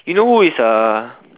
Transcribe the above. you know who is the